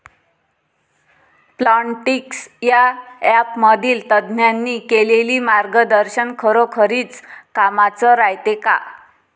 Plantix या ॲपमधील तज्ज्ञांनी केलेली मार्गदर्शन खरोखरीच कामाचं रायते का?